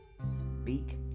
speak